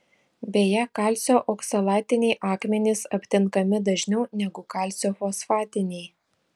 beje kalcio oksalatiniai akmenys aptinkami dažniau negu kalcio fosfatiniai